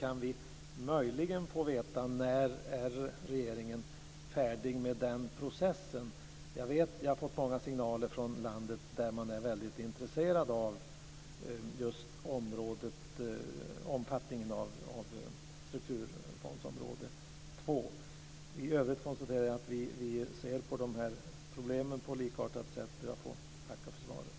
Kan vi möjligen få veta när regeringen är färdig med den processen? Jag har fått många signaler från folk ute i landet. Man är väldigt intresserad av just omfattningen av strukturfondsområde 2. I övrigt konstaterar jag att vi ser på problemen på likartat sätt. Jag får tacka för svaret.